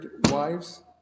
wives